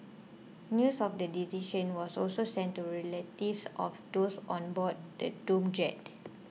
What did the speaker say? news of the decision was also sent to relatives of those on board the doomed jet